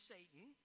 Satan